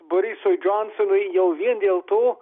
borisui džonsonui jau vien dėl to